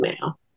now